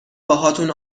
باهاتون